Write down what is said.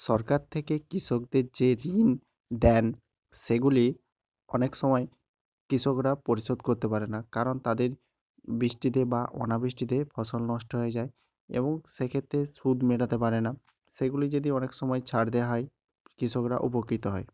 সরকার থেকে কৃষকদের যে ঋণ দেন সেগুলি অনেক সময় কৃষকরা পরিশোধ করতে পারে না কারণ তাদের বৃষ্টিতে বা অনাবৃষ্টিতে ফসল নষ্ট হয়ে যায় এবং সেক্ষেত্রে সুদ মেটাতে পারে না সেগুলি যদি অনেক সময় ছাড় দেওয়া হয় কৃষকরা উপকৃত হয়